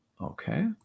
Okay